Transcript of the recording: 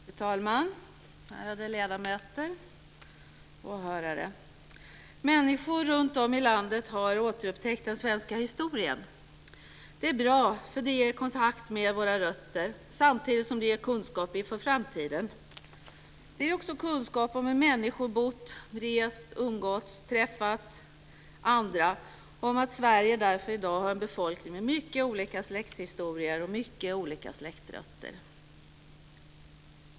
Fru talman! Ärade ledamöter och åhörare! Människor runt om i landet har återupptäckt den svenska historien. Det är bra, för det ger kontakt med våra rötter, samtidigt som det ger kunskap inför framtiden. Det ger också kunskap om hur människor bott, rest, umgåtts, träffat andra och om att Sverige därför i dag har en befolkning med mycket olika släkthistorier och mycket olika släktrötter.